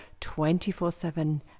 24-7